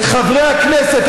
את חברי הכנסת,